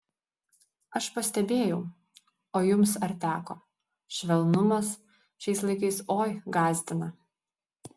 aš pastebėjau o jums ar teko švelnumas šiais laikais oi gąsdina